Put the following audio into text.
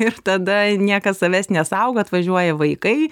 ir tada niekas tavęs nesaugo atvažiuoja vaikai